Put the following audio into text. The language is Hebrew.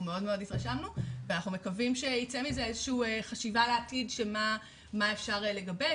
אנחנו מאוד התרשמנו ואנחנו מקווים שתצא מזה חשיבה לעתיד מה אפשר לגבש,